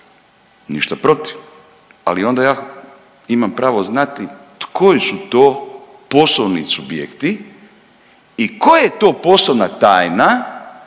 ništa protiv, ali onda ja imam pravo znati koji su to poslovni subjekti i koja je to poslovna tajna